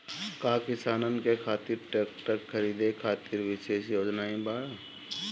का किसानन के खातिर ट्रैक्टर खरीदे खातिर विशेष योजनाएं बा?